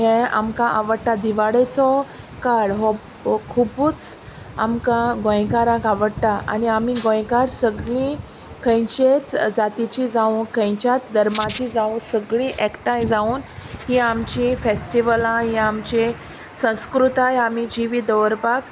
हें आमकां आवडटा दिवाळेचो काळ हो हो खुबूच आमकां गोंयकारांक आवडटा आनी आमी गोंयकार सगळीं खंयचेच जातीचीं जावं खंयच्याच धर्माचीं जावूं सगळीं एकठांय जावन हीं आमचीं फॅस्टिवलां हीं आमचे संस्कृताय आमी जिवी दवरपाक